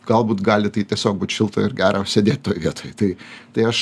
galbūt gali tai tiesiog būt šilta ir gera sėdėt toj vietoj tai tai aš